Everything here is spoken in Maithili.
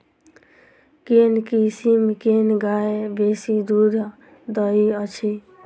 केँ किसिम केँ गाय बेसी दुध दइ अछि?